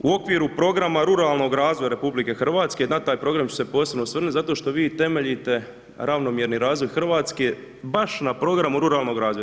U okviru programa ruralnog razvoja RH na taj program ću se posebno osvrnuti zato što vi temeljite ravnomjerni razvoj Hrvatske baš na programu ruralnog razvoja.